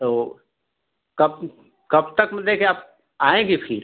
तो कब कब तक मतलब कि आप आएँगी फिर